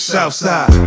Southside